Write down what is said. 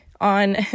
on